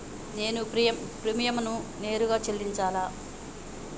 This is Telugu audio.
నేను ప్రీమియంని నేరుగా చెల్లించాలా?